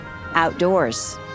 Outdoors